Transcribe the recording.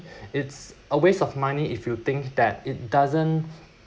it's a waste of money if you think that it doesn't